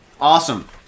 Awesome